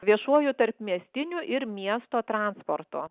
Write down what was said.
viešuoju tarpmiestiniu ir miesto transporto